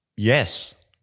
Yes